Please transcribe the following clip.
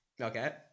Okay